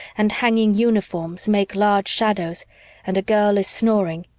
and hanging uniforms make large shadows and a girl is snoring.